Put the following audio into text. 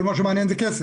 כל מה שמעניין זה הכסף.